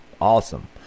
Awesome